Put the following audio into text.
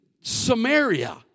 Samaria